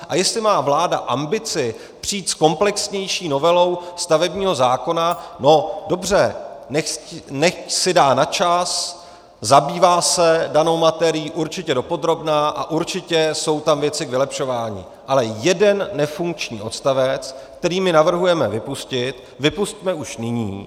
A jestli má vláda ambici přijít s komplexnější novelou stavebního zákona, dobře, nechť si dá na čas, zabývá se danou materií určitě dopodrobna, a určitě jsou tam věci k vylepšování, ale jeden nefunkční odstavec, který navrhujeme vypustit, vypusťme už nyní.